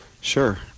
Sure